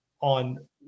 on